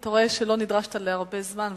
אתה רואה שלא נדרשת להרבה זמן,